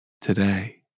today